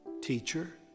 Teacher